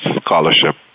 scholarship